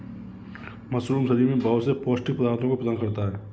mushroom शरीर में बहुत से पौष्टिक पदार्थों को प्रदान करता है